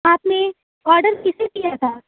آپ نے آڈر کسے دیا تھا